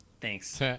thanks